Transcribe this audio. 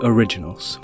Originals